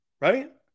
Right